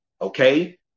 Okay